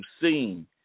seen